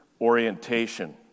orientation